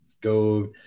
Go